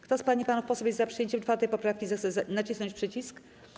Kto z pań i panów posłów jest za przyjęciem 4. poprawki, zechce nacisnąć przycisk.